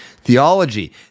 theology